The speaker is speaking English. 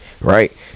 right